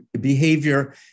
behavior